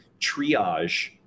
triage